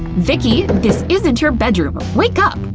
vicki! this isn't your bedroom, wake up!